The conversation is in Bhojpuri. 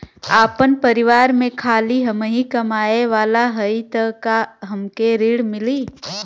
आपन परिवार में खाली हमहीं कमाये वाला हई तह हमके ऋण मिली?